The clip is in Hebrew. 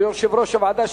של יושב-ראש הוועדה,